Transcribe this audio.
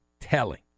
telling